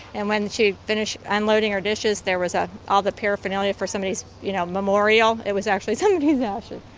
and when she finished unloading her dishes, there was ah all the paraphernalia for somebody's you know memorial. it was actually somebody's ashes,